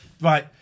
Right